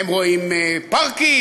הם רואים פארקים,